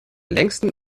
längsten